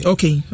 Okay